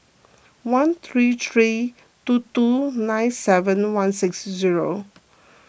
one three three two two nine seven one six zero